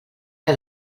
que